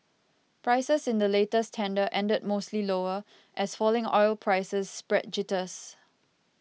prices in the latest tender ended mostly lower as falling oil prices spread jitters